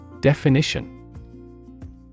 Definition